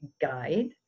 guide